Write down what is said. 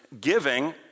giving